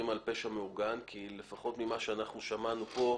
על פשע מאורגן כי לפחות ממה שאנחנו שמענו כאן,